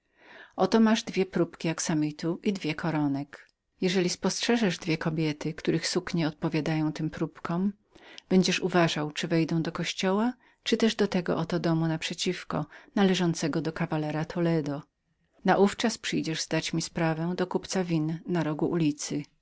oto masz dwie próbki axamitu i dwie koronek jeżeli spostrzeżesz dwie kobiety których suknie odpowiedzą tym próbkom będziesz uważał czyli wejdą do kościoła lub też do tego oto domu naprzeciwko należącego do kawalera don toledo naówczas przyjdziesz zdać mi sprawę do kupca win na rogu ulicy